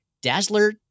Dazzler